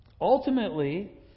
Ultimately